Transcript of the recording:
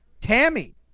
tammy